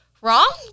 wrong